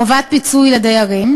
חובת פיצוי לדיירים.